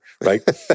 Right